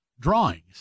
Drawings